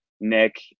Nick